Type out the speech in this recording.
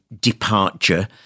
departure